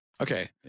Okay